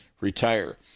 retire